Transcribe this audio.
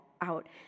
out